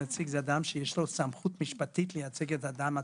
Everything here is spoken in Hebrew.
נציג זה אדם שיש לו סמכות משפטית לייצג את האדם עצמו.